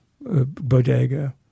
bodega